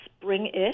spring-ish